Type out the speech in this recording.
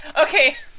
Okay